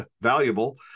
valuable